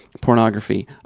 pornography